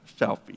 Selfie